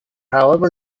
however